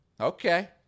Okay